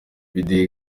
video